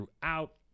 throughout